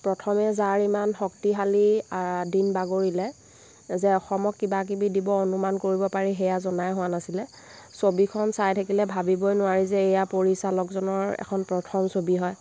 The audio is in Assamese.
প্ৰথমে যাৰ ইমান শক্তিশালী দিন বাগৰিলে যে অসমক কিবাকিবি দিব অনুমান কৰিব পাৰি সেয়া জনাই হোৱা নাছিলে ছবিখন চাই থাকিলে ভাবিবই নোৱাৰি যে এয়া পৰিচালকজনৰ এখন প্ৰথম ছবি হয়